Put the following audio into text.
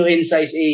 Insights